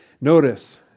Notice